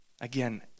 Again